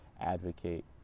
advocate